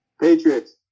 Patriots